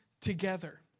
together